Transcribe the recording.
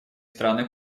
страны